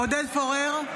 עודד פורר,